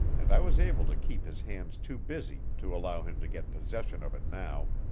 and i was able to keep his hands too busy to allow him to get possession of it now.